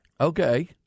Okay